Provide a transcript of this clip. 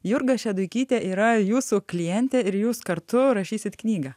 jurga šeduikytė yra jūsų klientė ir jūs kartu rašysit knygą